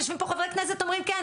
יושבים פה חברי כנסת אומרים כן,